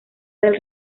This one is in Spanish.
del